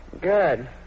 Good